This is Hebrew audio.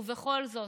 ובכל זאת,